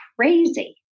crazy